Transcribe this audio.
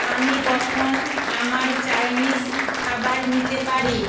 আমি কখন আমার চাইনিজ খাবার নিতে পারি